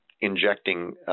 injecting